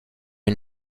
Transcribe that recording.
une